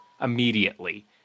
immediately